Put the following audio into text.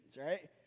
right